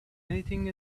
anything